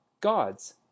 gods